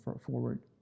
forward